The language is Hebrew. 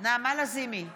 נעמה לזימי,